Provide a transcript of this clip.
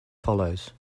follows